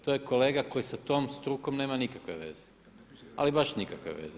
To je kolega koji sa tom strukom nema nikakve veze, ali baš nikakve veze.